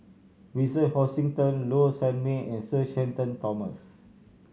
Vincent Hoisington Low Sanmay and Sir Shenton Thomas